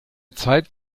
zeit